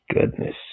Goodness